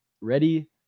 ready